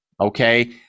okay